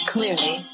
Clearly